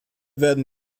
werden